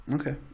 Okay